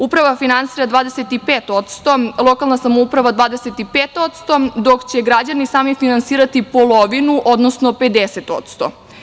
Uprava finansira 25%, lokalna samouprava 25%, dok će građani sami finansirati polovinu, odnosno 50%